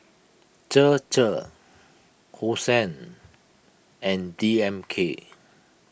Chir Chir Hosen and D M K